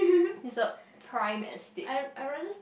is a prime estate